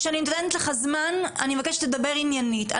כשאני נותנת לך זמן אני מבקשת שתדבר עניינית.